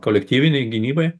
kolektyvinei gynybai